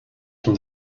from